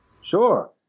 Sure